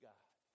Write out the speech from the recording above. God